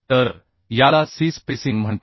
तर याला C spacing म्हणतात